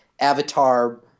avatar